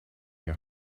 your